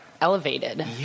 elevated